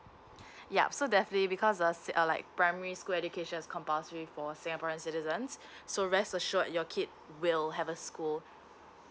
yup so definitely because the the like primary school education is compulsory for singaporean citizens so rest assured your kid will have a school